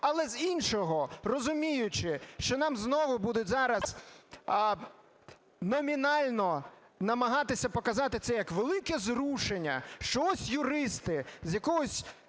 але, з іншого, розуміючи, що нам знову будуть зараз номінально намагатися показати це як велике зрушення, що ось юристи з якогось